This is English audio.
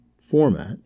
format